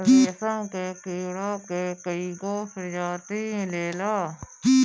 रेशम के कीड़ा के कईगो प्रजाति मिलेला